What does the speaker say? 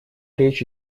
речь